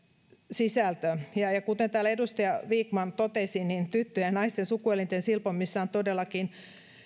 sisältö kuten täällä edustaja vikman totesi niin tyttöjen ja naisten sukuelinten silpomisessa on todellakin